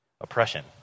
oppression